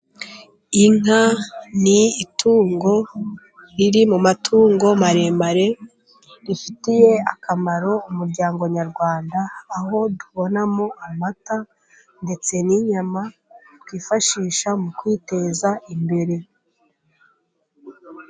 Inka ni itungo riri mu matungo maremare, rifitiye akamaro umuryango nyarwanda, aho tubonamo amata, ndetse n'inyama twifashisha mu kwiteza imbere.